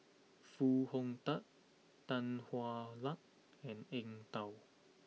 Foo Hong Tatt Tan Hwa Luck and Eng Tow